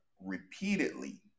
repeatedly